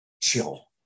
chill